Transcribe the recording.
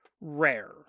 rare